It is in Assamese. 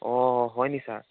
অ হয়নি ছাৰ